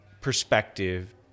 perspective